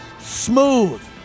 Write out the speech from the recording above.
smooth